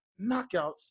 Knockouts